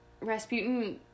Rasputin